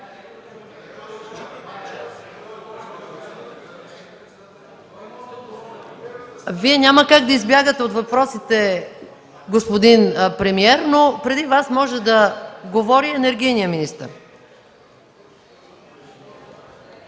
Вие няма как да избягате от въпросите, господин премиер, но преди Вас може да говори енергийният министър.